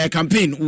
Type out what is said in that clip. Campaign